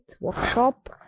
workshop